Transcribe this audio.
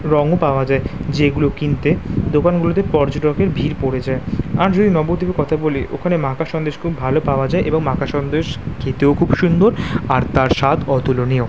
রংও পাওয়া যায় যেগুলো কিনতে দোকানগুলোতে পর্যটকের ভিড় পড়ে যায় আর যদি নবদ্বীপের কথা বলি ওখানে মাখা সন্দেশ খুব ভালো পাওয়া যায় এবং মাখা সন্দেশ খেতেও খুব সুন্দর আর তার স্বাদ অতুলনীয়